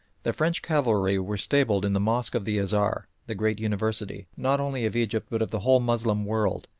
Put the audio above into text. the french cavalry were stabled in the mosque of the azhar, the great university, not only of egypt but of the whole moslem world,